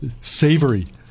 savory